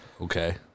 Okay